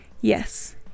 Yes